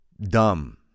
dumb